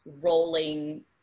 rolling